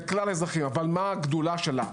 אבל מה הגדולה שלה?